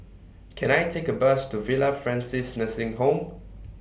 Can I Take A Bus to Villa Francis Nursing Home